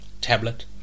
tablet